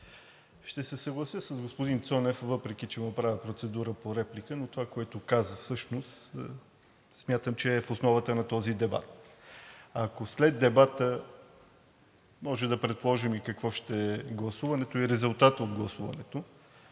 ще се съглася с господин Цонев, въпреки че му правя процедура по реплика, но това, което каза всъщност, смятам, че е в основата на този дебат. Ако след дебата може да предположим и какво ще е гласуването и резултатът от гласуването,